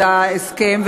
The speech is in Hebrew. את ההסכם,